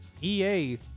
EA